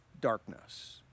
darkness